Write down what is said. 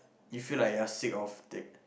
you feel like you are sick of take